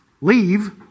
Leave